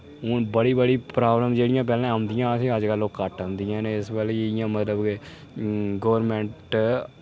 हुन बड़िया बड़ियां प्राब्लमां जेह्ड़ियें पैह्लें औंदियां हां असे ईं अजकल ओह् घट्ट औंदियां न इस करी इ'यां मतलब के गौरमैंंट